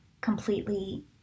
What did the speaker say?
completely